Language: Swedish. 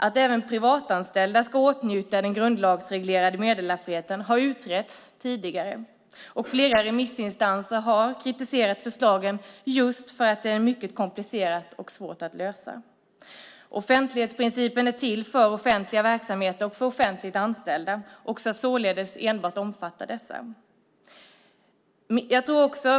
Att även privatanställda ska åtnjuta den grundlagsreglerade meddelarfriheten har utretts tidigare, och flera remissinstanser har kritiserat förslagen just för att frågan är mycket komplicerad och svår att lösa. Offentlighetsprincipen är till för offentliga verksamheter och för offentligt anställda och ska således omfatta enbart dessa.